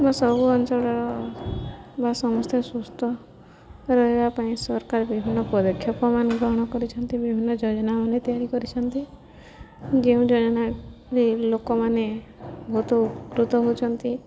ସବୁ ଅଞ୍ଚଳର ବା ସମସ୍ତେ ସୁସ୍ଥ ରହିବା ପାଇଁ ସରକାର ବିଭିନ୍ନ ପଦକ୍ଷେପମାନ ଗ୍ରହଣ କରିଛନ୍ତି ବିଭିନ୍ନ ଯୋଜନାମାନେ ତିଆରି କରିଛନ୍ତି ଯେଉଁ ଯୋଜନା ଲୋକମାନେ ବହୁତ ଉପକୃତ ହେଉଛନ୍ତି